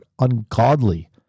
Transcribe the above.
ungodly